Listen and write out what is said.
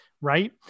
right